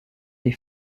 des